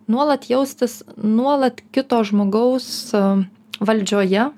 nuolat jaustis nuolat kito žmogaus valdžioje